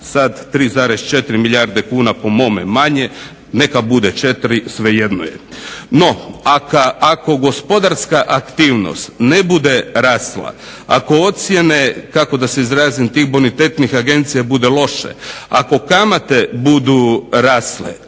sad 3,4 milijarde kuna po mome manje, neka bude 4 svejedno je. No ako gospodarska aktivnost ne bude rasla, ako ocjene kako da se izrazim tih bonitetnih agencija bude loše, ako kamate budu rasle,